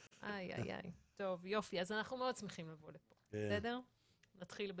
אז אנחנו מאוד לבוא לפה, נתחיל בזה.